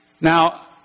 Now